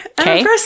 Okay